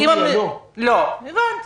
זהו, הבנתי.